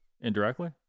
indirectly